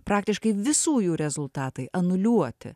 praktiškai visų jų rezultatai anuliuoti